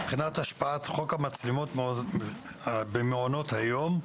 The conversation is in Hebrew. "בחינת השפעת חוק המצלמות במעונות היום",